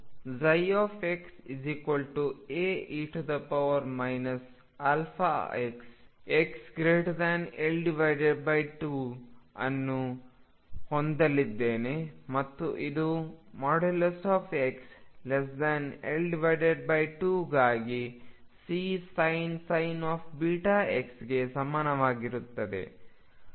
ಆದ್ದರಿಂದ ನಾನುxA e αx xL22 ಅನ್ನು ಹೊಂದಿದ್ದೇನೆ ಮತ್ತು ಇದು xL2ಗಾಗಿ Csin βx ಗೆ ಸಮಾನವಾಗಿರುತ್ತದೆ